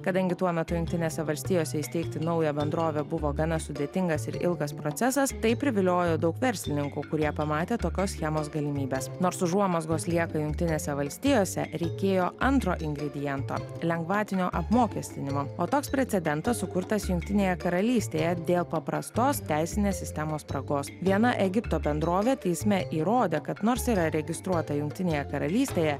kadangi tuo metu jungtinėse valstijose įsteigti naują bendrovę buvo gana sudėtingas ir ilgas procesas tai priviliojo daug verslininkų kurie pamatė tokios schemos galimybes nors užuomazgos lieka jungtinėse valstijose reikėjo antro ingrediento lengvatinio apmokestinimo o toks precedentas sukurtas jungtinėje karalystėje dėl paprastos teisinės sistemos spragos viena egipto bendrovė teisme įrodė kad nors yra registruota jungtinėje karalystėje